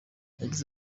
yagize